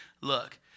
look